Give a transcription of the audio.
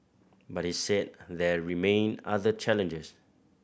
but he said there remain other challenges